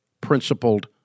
principled